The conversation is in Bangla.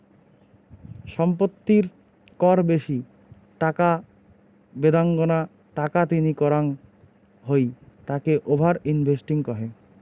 সম্পত্তির কর বেশি টাকা বেদাঙ্গনা টাকা তিনি করাঙ হই তাকে ওভার ইনভেস্টিং কহে